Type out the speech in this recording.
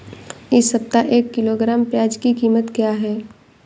इस सप्ताह एक किलोग्राम प्याज की कीमत क्या है?